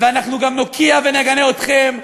אנחנו נוקיע ונגנה גם אתכם,